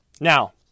Now